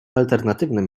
alternatywnym